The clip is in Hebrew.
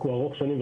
ארוך שנים,